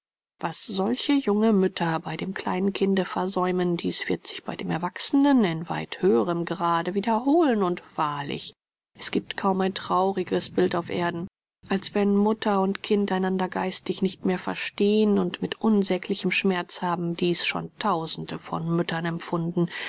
was solche junge mütter bei dem kleinen kinde versäumen dies wird sich bei dem erwachsenen in weit höherem grade wiederholen und wahrlich es gibt kaum ein traurigeres bild auf erden als wenn mutter und kind einander geistig nicht mehr verstehen und mit unsäglichem schmerz haben dies schon tausende von müttern empfunden